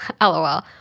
LOL